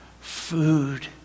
food